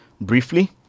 briefly